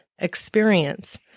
experience